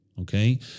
Okay